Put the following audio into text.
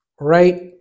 right